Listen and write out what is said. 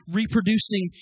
Reproducing